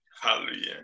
Hallelujah